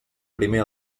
primer